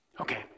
Okay